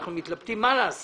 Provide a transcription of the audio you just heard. אנחנו מתלבטים מה לעשות